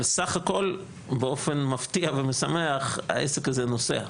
אבל סך הכל, באופן מפתיע ומשמח, העסק הזה נוסע.